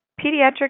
pediatric